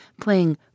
playing